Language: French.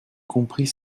compris